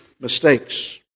mistakes